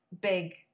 big